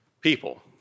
people